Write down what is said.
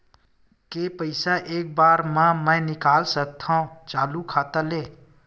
के पईसा एक बार मा मैं निकाल सकथव चालू खाता ले?